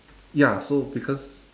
ya so because